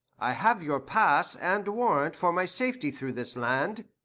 i have your pass and warrant for my safety through this land.